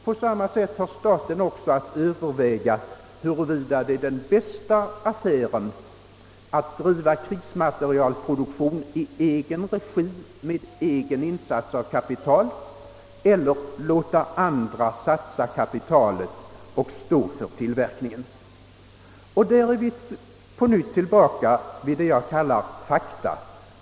På samma sätt har staten att överväga, huruvida det är den bästa affären att driva krigsmaterielproduktion i egen regi med egen insats av kapital eller att låta andra satsa kapitalet och stå för tillverkningen. Då är vi på nytt tillbaka vid det jag kallar fakta.